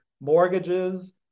mortgages